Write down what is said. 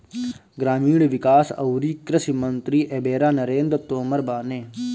ग्रामीण विकास अउरी कृषि मंत्री एबेरा नरेंद्र तोमर बाने